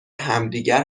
همدیگر